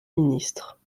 ministre